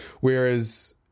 Whereas